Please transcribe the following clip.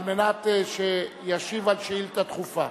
על מנת שישיב על שאילתא דחופה.